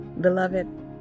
Beloved